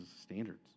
standards